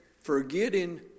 forgetting